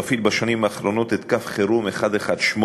מפעיל בשנים האחרונות את קו החירום 118